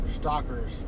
stalkers